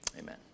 Amen